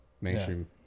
mainstream